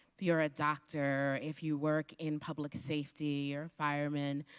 if you are a doctor, if you work in public safety, or fireman,